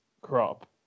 crop